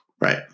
Right